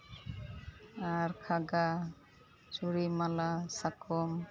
ᱟᱨ ᱠᱷᱟᱜᱟ ᱪᱩᱲᱤ ᱢᱟᱞᱟ ᱥᱟᱠᱚᱢ